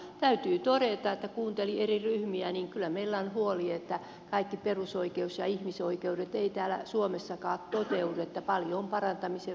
täytyy todeta kun kuunteli eri ryhmiä että kyllä meillä on huoli siitä että kaikki perusoikeudet ja ihmisoikeudet eivät täällä suomessakaan toteudu paljon on parantamisen varaa